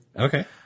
Okay